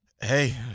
Hey